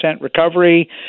recovery